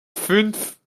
fünf